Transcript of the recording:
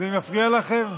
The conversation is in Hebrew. זה מפריע לכם?